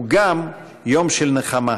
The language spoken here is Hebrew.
הוא גם יום של נחמה.